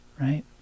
right